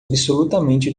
absolutamente